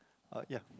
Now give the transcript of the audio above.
uh yeah